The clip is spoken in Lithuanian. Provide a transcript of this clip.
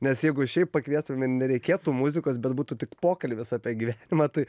nes jeigu šiaip pakviestum ir nereikėtų muzikos bet būtų tik pokalbis apie gyvenimą tai